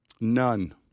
none